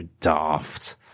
daft